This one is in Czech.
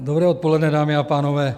Dobré odpoledne, dámy a pánové.